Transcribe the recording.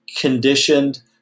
conditioned